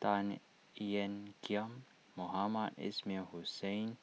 Tan Ean Kiam Mohamed Ismail Hussain